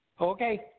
Okay